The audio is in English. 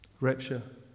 rapture